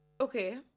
Okay